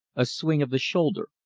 a swing of the shoulder,